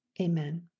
Amen